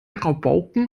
rabauken